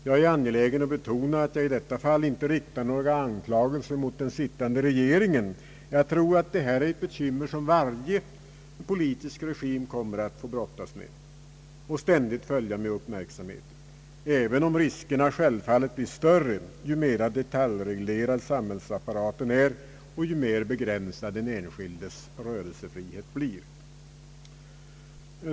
Jag är angelägen att betona att jag i detta fall inte riktar några anklagelser mot den sittande regeringen; jag tror att detta är ett bekymmer som varje politisk regim kommer att få brottas med och ständigt följa med uppmärksamhet, även om riskerna självfallet blir större ju mera detaljreglerad samhällsapparaten är och ju mera begränsad den enskildes rörelsefrihet blir.